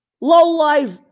Low-life